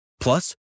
Plus